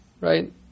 right